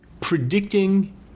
Predicting